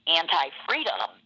anti-freedom